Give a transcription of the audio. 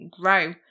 grow